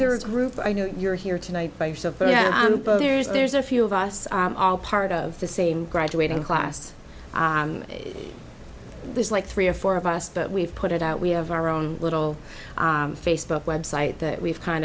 there is a group i know you're here tonight by yourself there's a few of us all part of the same graduating class there's like three or four of us but we've put it out we have our own little facebook website that we've kind